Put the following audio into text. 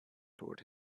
toward